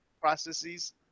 processes